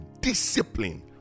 discipline